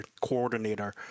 coordinator